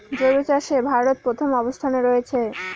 জৈব চাষে ভারত প্রথম অবস্থানে রয়েছে